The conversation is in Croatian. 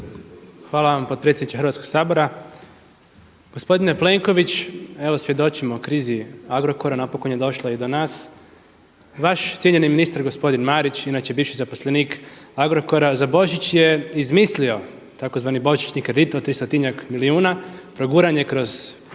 Hvala vam potpredsjedniče Hrvatskog sabora. Gospodine Plenković, evo svjedočimo krizi Agrokora, napokon je došla i do nas. Vaš cijenjeni ministar gospodin Marić, inače bivši zaposlenik Agrokora za Božić je izmislio tzv. božićni kredit od tristotinjak milijuna, proguran je kroz